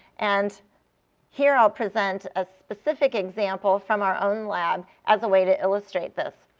and here i'll present a specific example from our own lab as a way to illustrate this.